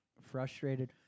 frustrated